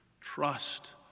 Trust